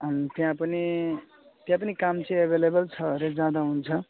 अनि त्यहाँ पनि त्यहाँ पनि काम चाहिँ एभाइलेबल छ अरे जाँदा हुन्छ